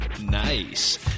Nice